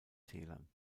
tälern